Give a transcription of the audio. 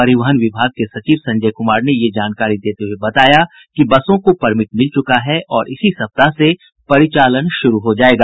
परिवहन विभाग के सचिव संजय कुमार ने यह जानकारी देते हुए बताया कि बसों को परमिट मिल चुका है और इसी सप्ताह से परिचालन शुरू हो जायेगा